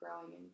growing